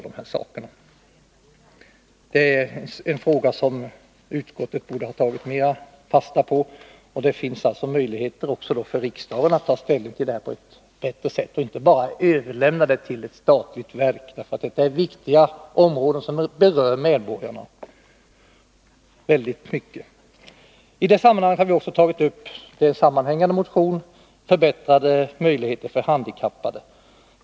Denna fråga borde utskottet ta mera fasta på. Nu finns det möjlighet för riksdagen att på ett bättre sätt ta ställning till den och inte bara överlämna den till ett statligt verk. Detta gäller viktiga områden som berör medborgarna väldigt mycket. I detsammanhanget har vi också i en partimotion tagit upp förbättrade möjligheter för handikappade.